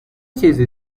چیزی